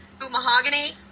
mahogany